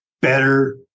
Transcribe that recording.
better